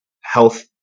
health